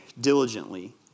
diligently